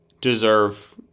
deserve